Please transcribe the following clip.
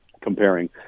comparing